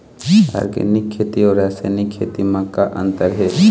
Organic खेती अउ रासायनिक खेती म का अंतर हे?